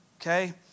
Okay